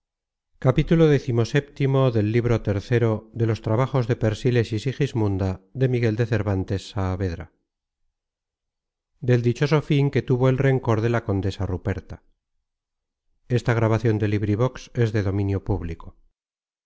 del caso del dichoso fin que tuvo el rencor de la condesa ruperta